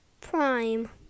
Prime